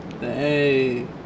Hey